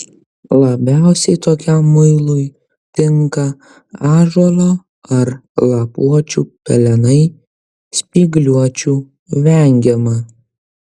labiausiai tokiam muilui tinka ąžuolo ar lapuočių pelenai spygliuočių vengiama